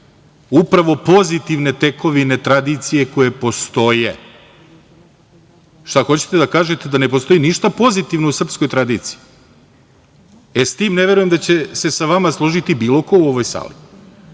upravo pozitivne tekovine tradicije koje postoje. Šta, hoćete da kažete da ne postoji ništa pozitivno u srpskoj tradiciji? Sa tim ne verujem da će se sa vama složiti bilo ko u ovoj sali. Ja